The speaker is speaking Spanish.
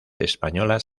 españolas